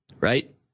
right